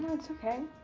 it's okay.